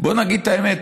בוא נגיד את האמת,